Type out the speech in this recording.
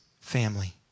family